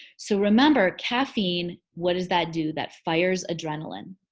so remember, caffeine, what does that do? that fires adrenaline,